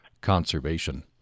conservation